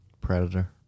Predator